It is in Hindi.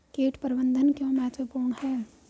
कीट प्रबंधन क्यों महत्वपूर्ण है?